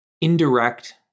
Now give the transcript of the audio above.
indirect